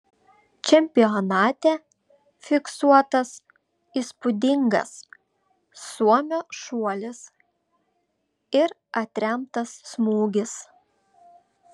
čempionate fiksuotas įspūdingas suomio šuolis ir atremtas smūgis